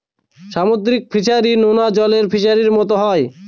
সামুদ্রিক ফিসারী, নোনা জলের ফিসারির মতো হয়